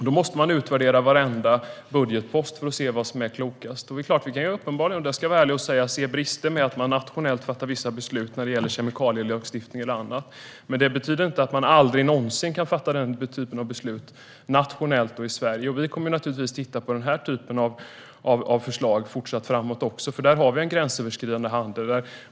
Då måste man utvärdera varenda budgetpost för att se vad som är klokast. Jag ska vara ärlig och säga att vi kan se brister med att man nationellt fattar vissa beslut när det gäller kemikalielagstiftning och annat. Men det betyder inte att man aldrig någonsin kan fatta den typen av beslut nationellt i Sverige. Vi kommer naturligtvis att titta på denna typ av förslag i fortsättningen också, eftersom vi där har en gränsöverskridande handel.